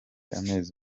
amezi